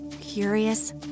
Curious